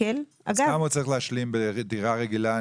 הוא צריך להשלים בדירה רגילה?